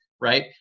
right